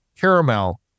caramel